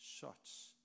shots